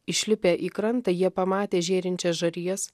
išlipę į krantą jie pamatė žėrinčias žarijas